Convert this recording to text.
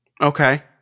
Okay